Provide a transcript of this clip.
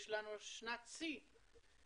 יש לנו שנת שיא.